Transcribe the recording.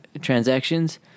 transactions